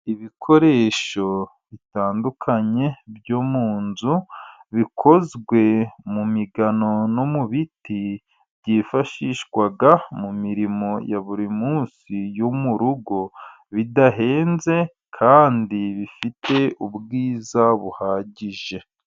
Ibikoresho bitandukanye byo mu nzu, bikozwe mu migano no mu biti, byifashishwaga mu mirimo ya buri munsi yo mu rugo bidahenze, kandi bifite ubwiza buhagije.